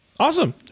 Awesome